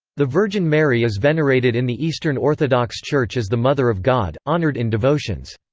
the virgin mary is venerated in the eastern orthodox church as the mother of god, honoured in devotions.